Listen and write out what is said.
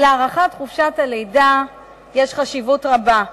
להארכת חופשת הלידה יש חשיבות רבה.